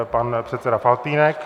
Pan předseda Faltýnek.